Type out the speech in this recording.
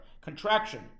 contraction